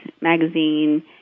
magazine